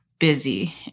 busy